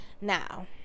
Now